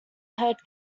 herd